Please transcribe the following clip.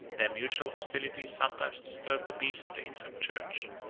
their mutual hostilities sometimes disturbed the peace of the infant church,